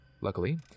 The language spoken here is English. Luckily